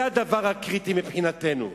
זה הדבר הקריטי בענייננו.